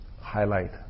highlight